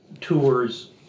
tours